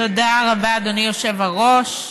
תודה רבה, אדוני היושב-ראש.